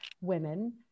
women